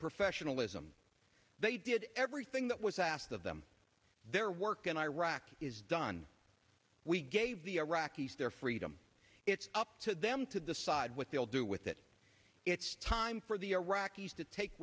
professionalism they did everything that was asked of them their work in iraq is done we gave the iraqis their freedom it's up to them to decide with they'll do with it it's time for the iraqis to take